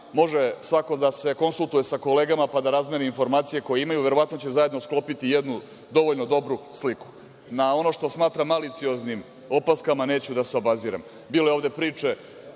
može svako da konsultuje sa kolegama pa da razmeni informacije koje imaju, verovatno će zajedno sklopiti jednu dovoljno dobru sliku. Na ono što smatram malicioznim opaskama neću da se obazirem.